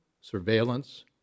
surveillance